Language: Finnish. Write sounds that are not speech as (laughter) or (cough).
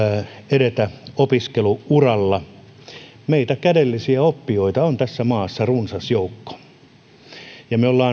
edetä opiskelu uralla meitä kädellisiä oppijoita on tässä maassa runsas joukko ja me olemme (unintelligible)